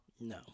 No